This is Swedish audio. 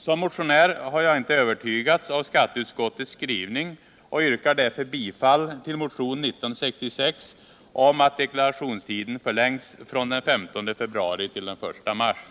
Som motionär har jag inte övertygats av skatteutskottets skrivning och yrkar därför bifall till motionen 1966 om att deklarationstiden förlängs från den 15 februari till den I mars.